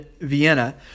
Vienna